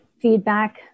feedback